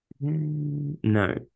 No